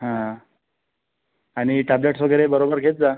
हां आणि टॅब्लेट्स वगैरे बरोबर घेत जा